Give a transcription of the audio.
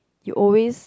you always